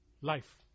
life